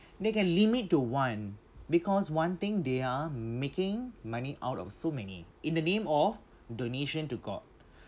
they can limit to one because one thing they are making money out of so many in the name of donation to god